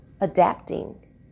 adapting